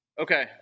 Okay